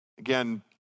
Again